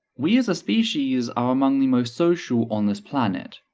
we as a species are among the most social on this planet,